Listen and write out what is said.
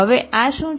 હવે આ શું છે